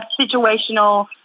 situational